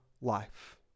life